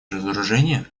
разоружения